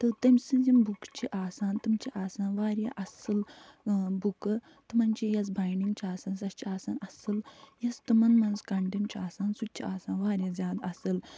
تہٕ تٔمۍ سٕنٛز یِم بُکہٕ چھِ آسان تِم چھِ آسان وارِیاہ اَصٕل بُکہٕ تِمَن چھِ یۄس بایِنٛڈِنٛگ چھِ آسان سۄ چھِ آسان اَصٕل یۄس تِمَن منٛز کنٛٹٮ۪ںٛٹ چھُ آسان سُہ تہِ چھُ آسان وارِیاہ زیادٕ اَصٕل